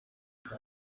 abo